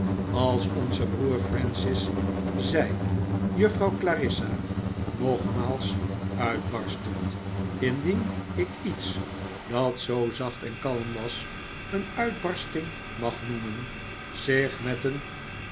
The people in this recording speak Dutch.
als onze broer francis zei juffrouw clarissa nogmaals uitbarstend indien ik iets dat zoo zacht en kalm was een uitbarsting mag noemen zich met een